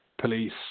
police